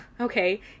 okay